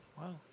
wow